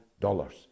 dollars